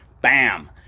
bam